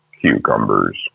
cucumbers